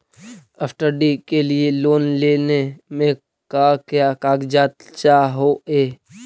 Study के लिये loan लेने मे का क्या कागजात चहोये?